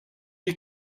you